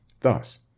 Thus